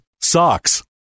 SOCKS